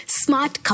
smart